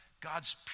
God's